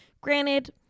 granted